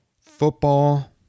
football